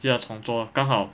就要重做 lor 刚好